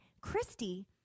Christy